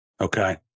Okay